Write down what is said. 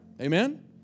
Amen